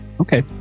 Okay